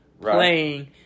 playing